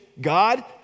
God